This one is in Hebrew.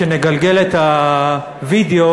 כשנגלגל את הווידיאו,